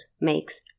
makes